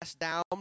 down